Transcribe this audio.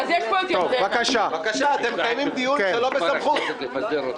אני מבקש לא להפריע.